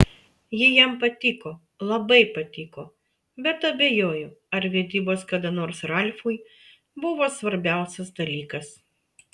ji jam patiko labai patiko bet abejoju ar vedybos kada nors ralfui buvo svarbiausias dalykas